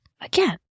Again